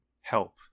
help